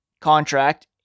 contract